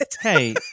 Hey